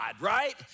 right